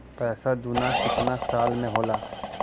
पैसा दूना कितना साल मे होला?